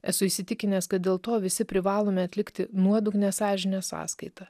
esu įsitikinęs kad dėl to visi privalome atlikti nuodugnią sąžinės sąskaita